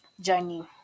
journey